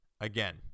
again